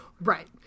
Right